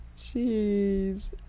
jeez